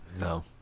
No